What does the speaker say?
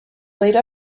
late